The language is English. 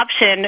option